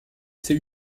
ses